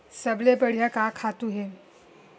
सबले बढ़िया खातु का हे?